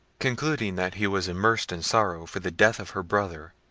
concluding that he was immersed in sorrow for the death of her brother,